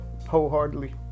wholeheartedly